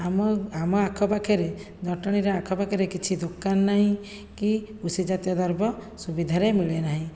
ଆମ ଆମ ଆଖପାଖରେ ଜଟଣିର ଆଖପାଖରେ କିଛି ଦୋକାନ ନାହିଁ କି କୃଷି ଜାତୀୟ ଦ୍ରବ୍ୟ ସୁବିଧାରେ ମିଳେ ନାହିଁ